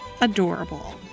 adorable